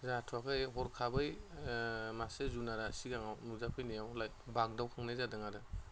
जाथ'वाखै हरखाबै मासे जुनारा सिगाङाव नुजाफैनायाव बाग्दावखांनाय जादों आरो